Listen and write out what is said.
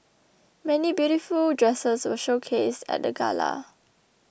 many beautiful dresses were showcased at the gala